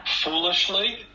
foolishly